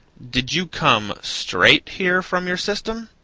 did you come straight here from your system?